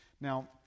Now